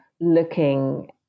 looking